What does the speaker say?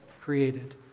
created